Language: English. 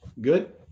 good